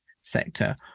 sector